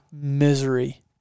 misery